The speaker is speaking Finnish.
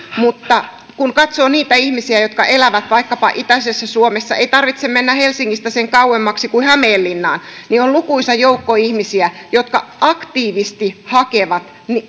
mutta kun katsoo niitä ihmisiä jotka elävät vaikkapa itäisessä suomessa ei tarvitse mennä helsingistä sen kauemmaksi kuin hämeenlinnaan niin on lukuisa joukko ihmisiä jotka aktiivisesti hakevat